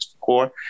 core